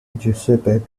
giuseppe